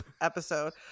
episode